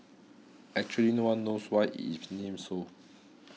actually no one knows why it is named so